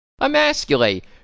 emasculate